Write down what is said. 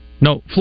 No